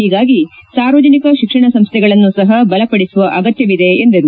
ಹೀಗಾಗಿ ಸಾರ್ವಜನಿಕ ಶಿಕ್ಷಣ ಸಂಸ್ಥೆಗಳನ್ನು ಸಹ ಬಲಪಡಿಸುವ ಅಗತ್ಯವಿದೆ ಎಂದರು